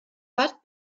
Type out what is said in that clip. watt